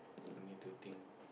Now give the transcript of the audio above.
I need to think